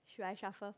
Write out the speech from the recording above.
should I shuffle first